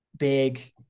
big